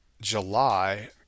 July